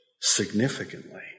significantly